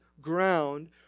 ground